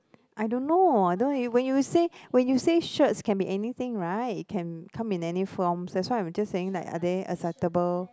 I don't know I don't even when you say when you say shirts can be anything right can come in any form that's why I just saying like are they acceptable